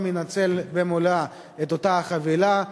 לא מנצל במלואה את אותה חבילה,